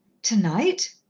tonight?